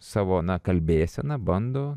savo na kalbėsena bando